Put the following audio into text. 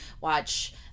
watch